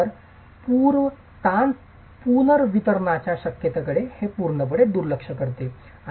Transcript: तर ताण पुनर्वितरणाच्या शक्यतेकडे हे पूर्णपणे दुर्लक्ष करते